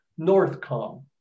NorthCom